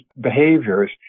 behaviors